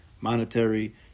monetary